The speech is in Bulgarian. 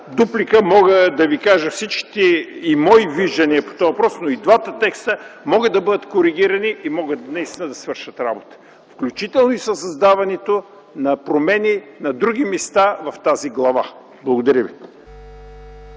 дуплика мога да ви кажа всичките мои виждания по този въпрос. И двата текста могат да бъдат коригирани и могат наистина да свършат работа, включително и за създаването на промени на други места в тази глава. Благодаря ви.